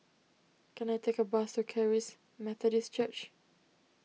can I take a bus to Charis Methodist Church